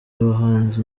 abahanzi